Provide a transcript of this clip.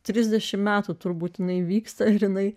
trisdešimt metų turbūt neįvyks žinai